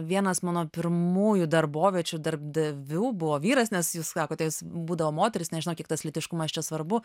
vienas mano pirmųjų darboviečių darbdavių buvo vyras nes jūs sakote vis būdavo moterys nežinau kiek tas lytiškumas čia svarbu